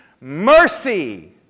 mercy